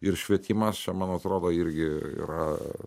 ir švietimas čia man atrodo irgi yra